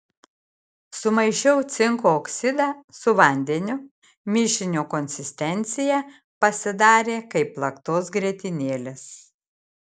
sumaišiau cinko oksidą su vandeniu mišinio konsistencija pasidarė kaip plaktos grietinėlės